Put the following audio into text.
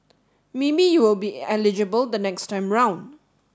maybe you will be eligible the next time round